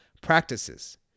practices